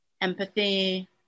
empathy